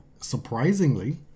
Surprisingly